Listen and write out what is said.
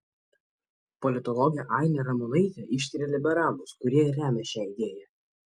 politologė ainė ramonaitė išskiria liberalus kurie ir remia šią idėją